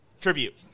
Tribute